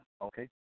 okay